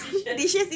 dishes